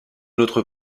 notre